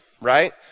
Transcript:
right